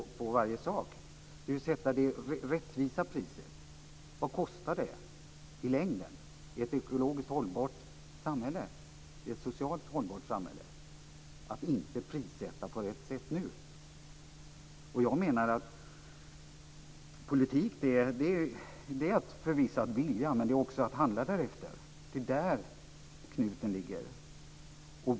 Det är ju att sätta det rättvisa priset. Vad kostar det i längden i ett ekologiskt hållbart samhälle, i ett socialt hållbart samhälle, att inte prissätta på rätt sätt nu? Politik är förvisso att vilja, men det är också att handla därefter. Det är där knuten ligger.